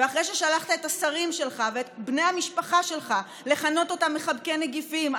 ואחרי ששלחת את השרים שלך ואת בני המשפחה שלך לכנות אותם מחבקי נגיפים,